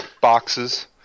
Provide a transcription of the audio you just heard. boxes